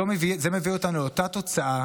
זה מביא אותנו לאותה תוצאה